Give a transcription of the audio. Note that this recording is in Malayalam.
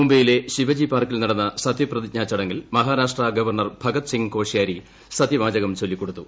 മുംബൈയിലെ ശിവജി പാർക്കിൽ നടന്ന സത്യപ്രതിജ്ഞ ചടങ്ങിൽ മഹാരാഷ്ട്ര ഗവർണർ ഭഗത് സിംഗ് കോഷ്യാരി സത്യവാചകം ചൊല്ലിക്കൊടുത്തു